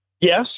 Yes